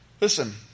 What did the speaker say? Listen